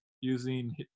using